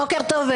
בוקר טוב,